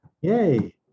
Yay